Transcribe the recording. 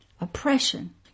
oppression